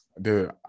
Dude